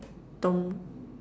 don't